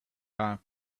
off